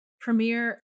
premiere